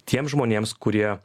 tiem žmonėms kurie